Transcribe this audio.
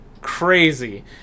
Crazy